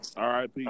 RIP